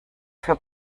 für